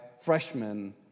freshmen